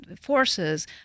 forces